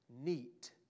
neat